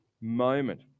moment